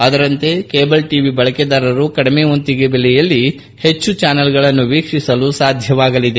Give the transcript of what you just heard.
ಅದರಂತೆ cable TV ಬಳಕೆದಾರರು ಕಡಿಮೆ ವಂತಿಗೆ ಬೆಲೆಯಲ್ಲಿ ಹೆಚ್ಚು ಚಾನಲ್ಗಳನ್ನು ವೀಕ್ಷಿಸಲು ಸಾಧ್ಯವಾಗಲಿದೆ